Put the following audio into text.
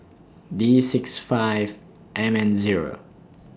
D six five M N Zero